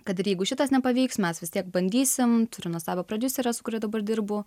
kad ir jeigu šitas nepavyks mes vis tiek bandysim turim nuostabią prodiuserę su kuria dabar dirbu